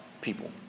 people